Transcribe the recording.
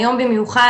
היום במיוחד,